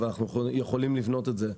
אבל אנחנו יכולים לבנות את זה.